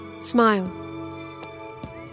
smile